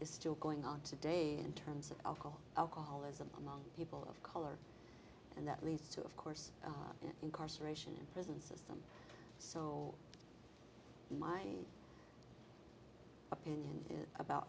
is still going on today in terms of alcohol alcoholism among people of color and that leads to of course incarceration in prison system so my opinion about